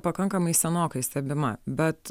pakankamai senokai stebima bet